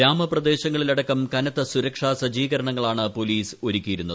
ഗ്രാമപ്രദേശങ്ങളിലടക്കം കനത്തസുരക്ഷാ സജ്ജീകരണങ്ങളാണ് പോലീസ് ഒരുക്കിയിരുന്നത്